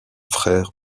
frère